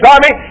Army